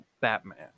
Batman